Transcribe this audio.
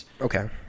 Okay